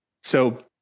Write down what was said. so-